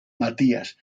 matías